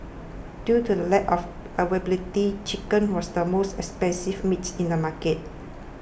due to the lack of availability chicken was the most expensive meat in the market